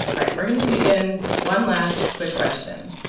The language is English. all right, we're going to sneak in one last quick question